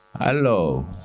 Hello